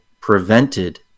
prevented